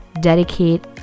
dedicate